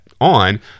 on